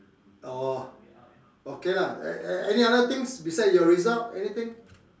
orh okay lah any other things beside your results anything